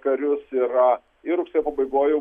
karius yra ir rugsėjo pabaigoj jau